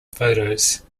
photos